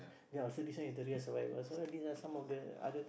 ya so this one is the real survive so these are some of the other